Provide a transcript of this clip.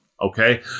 okay